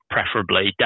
preferably